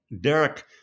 Derek